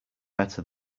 better